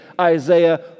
Isaiah